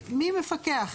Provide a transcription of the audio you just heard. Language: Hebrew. מי מפקח?